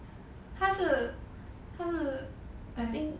他是他是